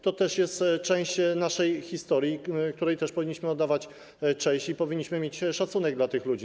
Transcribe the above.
To też jest część naszej historii, której też powinniśmy oddawać cześć, i powinniśmy mieć szacunek dla tych ludzi.